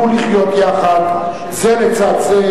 של למעלה מ-20 מטרים בין הגשר לבין המתווה שתחתיו.